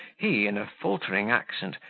he, in a faltering accent,